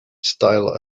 style